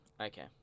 okay